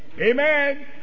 Amen